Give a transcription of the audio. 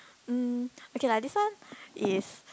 um okay lah this one is